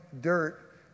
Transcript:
dirt